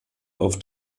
auf